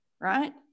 right